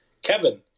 Kevin